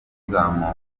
bizamuka